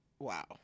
Wow